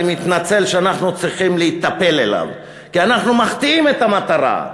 אני מתנצל שאנחנו צריכים להיטפל אליו כי אנחנו מחטיאים את המטרה.